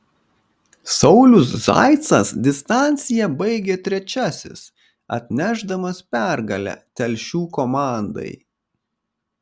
saulius zaicas distanciją baigė trečiasis atnešdamas pergalę telšių komandai